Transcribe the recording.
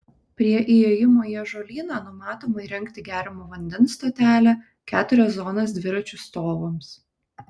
prie įėjimo į ažuolyną numatoma įrengti geriamo vandens stotelę keturias zonas dviračių stovams